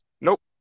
Nope